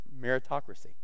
meritocracy